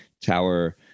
tower